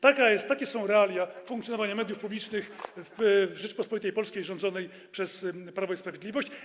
Takie są realia funkcjonowania mediów publicznych w Rzeczypospolitej Polskiej rządzonej przez Prawo i Sprawiedliwość.